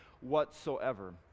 whatsoever